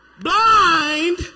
Blind